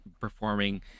performing